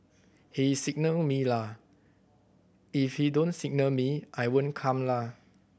he signal me la if he don't signal me I won't come la